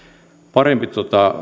parempi